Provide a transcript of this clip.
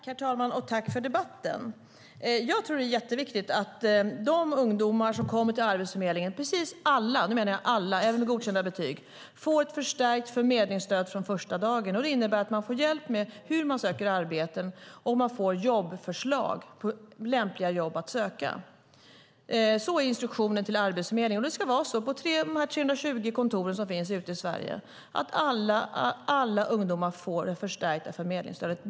Herr talman! Jag tackar för debatten. Jag tror att det är jätteviktigt att precis alla ungdomar - även ungdomar med godkända betyg - som kommer till Arbetsförmedlingen får ett förstärkt förmedlingsstöd från första dagen. Det innebär att de får hjälp med hur man söker arbeten och får förslag på lämpliga jobb att söka. Så är instruktionen till Arbetsförmedlingen. Det ska vara så på de 320 kontor som finns ute i Sverige att alla ungdomar får ett förstärkt förmedlingsstöd.